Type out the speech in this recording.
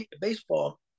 baseball